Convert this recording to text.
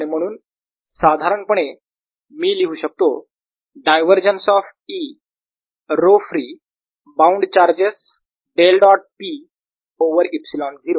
आणि म्हणून साधारणपणे मी लिहू शकतो divergence of E ρ free bound charges del dot P over ε0